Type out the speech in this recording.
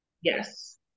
Yes